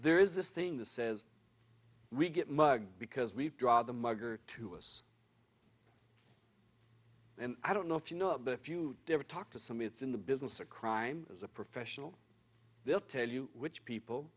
there is this thing the says we get mugged because we draw the mugger to us and i don't know if you know but if you ever talk to some it's in the business a crime as a professional they'll tell you which people